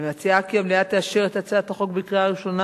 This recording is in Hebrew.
אני מציעה שהמליאה תאשר את הצעת החוק בקריאה ראשונה